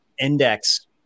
index